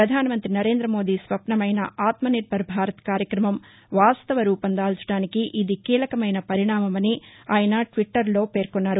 ప్రధానమంత్రి నరేంద్ర మోదీ స్వప్నమైన ఆత్మ నిర్బర్ భారత్ కార్యక్రమం వాస్తవ రూపం దాల్చడానికి ఇది కీలకమైన పరిణామమని ఆయన ల్విట్టర్లో పేర్కొన్నారు